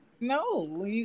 no